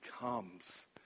comes